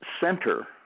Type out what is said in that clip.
center